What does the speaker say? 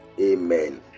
Amen